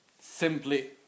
simply